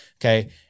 okay